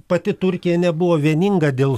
pati turkija nebuvo vieninga dėl